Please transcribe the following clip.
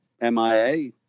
MIA